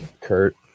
Kurt